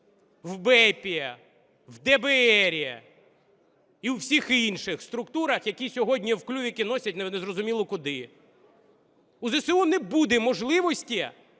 в БЕБ, в ДБР і в усіх інших структурах, які сьогодні в клювику носять, незрозуміло куди. У ЗСУ не буде можливості